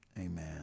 amen